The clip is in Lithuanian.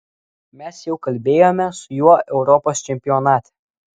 mes jau kalbėjome su juo europos čempionate